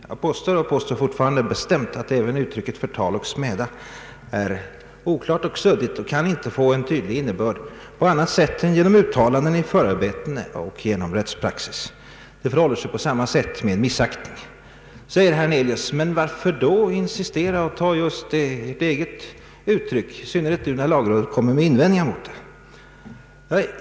Jag påstod och jag påstår fortfarande bestämt att uttrycket ”förtala och smäda” är oklart och suddigt och inte kan få en tydlig innebörd på annat sätt än genom uttalanden i förarbeten och genom rättspraxis. Det förhåller sig på samma sätt med uttrycket ”missaktning”. Men, säger herr Hernelius då, varför insistera och ta just sitt eget uttryck, i synnerhet nu när lagrådet kommer med invändningar mot det.